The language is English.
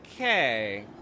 Okay